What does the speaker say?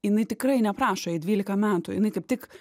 jinai tikrai neprašo jai dvylika metų jinai kaip tik